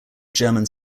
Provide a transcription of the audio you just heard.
german